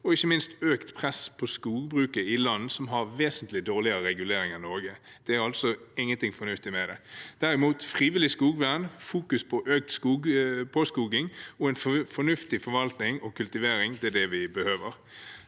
økt press på skogbruket i land som har vesentlig dårligere regulering enn Norge. Det er altså ingenting fornuftig med det. Frivillig skogvern, fokus på økt påskoging og fornuftig forvaltning og kultivering er derimot det vi behøver.